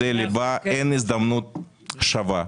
אין הזדמנות שווה,